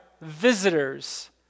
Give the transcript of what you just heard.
visitors